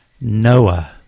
Noah